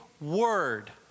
word